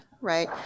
right